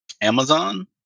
Amazon